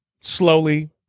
slowly